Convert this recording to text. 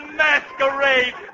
masquerade